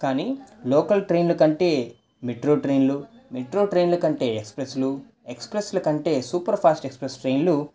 కాని లోకల్ ట్రైన్లు కంటే మెట్రో ట్రైన్లు మెట్రో ట్రైన్లు కంటే ఎక్స్ప్రెస్లు ఎక్స్ప్రెస్ల కంటే సూపర్ ఫాస్ట్ ఎక్స్ప్రెస్ ట్రైన్లు